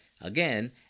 again